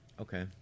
Okay